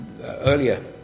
earlier